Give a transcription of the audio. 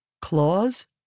claws